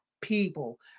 people